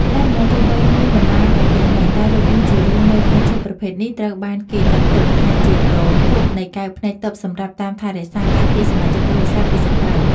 ផ្លែម្នាស់ទោះបីមានបន្លាបន្តិចមែនតែរូបរាងជារួមនៃផ្លែឈើប្រភេទនេះត្រូវបានគេចាត់ទុកថាជាប្រភពនៃកែវភ្នែកទិព្វសម្រាប់តាមថែរក្សាការពារសមាជិកគ្រួសារពីសត្រូវ។